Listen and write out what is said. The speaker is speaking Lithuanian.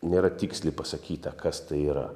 nėra tiksliai pasakyta kas tai yra